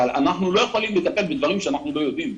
אבל אנחנו לא יכולים לטפל בדברים שאנחנו לא יודעים.